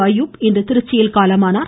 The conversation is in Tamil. அயூப் இன்று திருச்சியில் காலமானார்